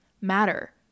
matter